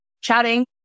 chatting